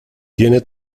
tiene